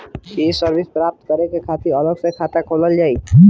ये सर्विस प्राप्त करे के खातिर अलग से खाता खोलल जाइ?